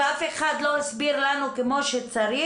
ואף אחד לא הסביר לנו כמו שצריך,